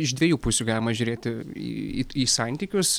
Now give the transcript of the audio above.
iš dviejų pusių galima žiūrėti į į santykius